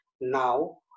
now